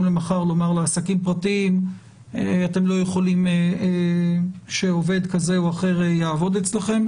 למחר לומר לעסקים פרטיים אתם לא יכולים שעובד כזה או אחר יעבוד אצלכם.